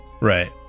right